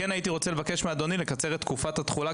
הייתי רוצה לבקש מאדוני לקצר את תקופת התחולה,